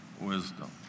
wisdom